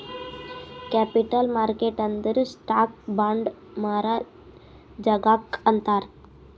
capital market ಅಂದುರ್ stock, bond ಮಾರಾ ಜಾಗಾಕ್ ಅಂತಾರ್